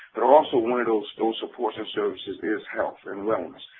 but also one of those those supports and services is health and wellness,